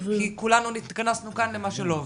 כי כולנו התכנסנו כאן למה שלא עובד.